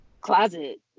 closet